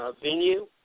venue